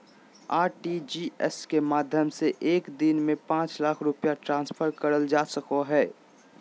RTGS के माध्यम से एक दिन में पांच लाख रुपया ट्रांसफर करल जा सको हय